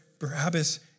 Barabbas